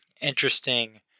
interesting